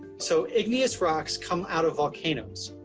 so igneous rocks come out of volcanoes.